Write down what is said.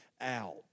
out